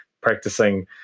practicing